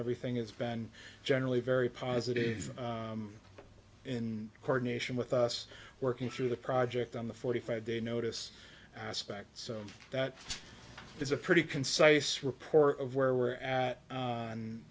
everything is been generally very positive in coordination with us working through the project on the forty five day notice aspect so that is a pretty concise report of where we're at